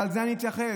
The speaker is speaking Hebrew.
ולזה אני מתייחס.